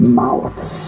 mouths